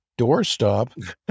doorstop